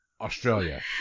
Australia